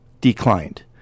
declined